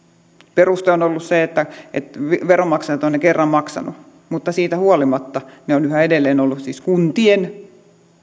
peruste on ollut se että että veronmaksajat ovat ne kerran maksaneet mutta siitä huolimatta ne ovat yhä edelleen olleet siis kuntien